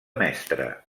mestre